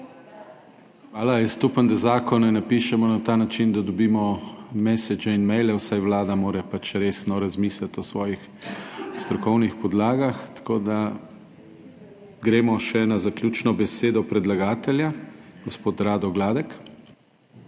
Hvala. Jaz upam, da zakone napišemo na ta način, da dobimo message in maile, vsaj Vlada mora pač resno razmisliti o svojih strokovnih podlagah. Tako, da, gremo še na zaključno besedo predlagatelja, gospod Rado Gladek. **RADO